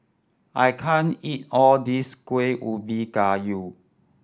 I can't eat all this Kuih Ubi Kayu